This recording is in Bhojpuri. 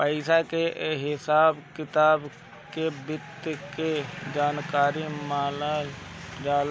पइसा के हिसाब किताब के वित्त के जानकारी मानल जाला